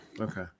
okay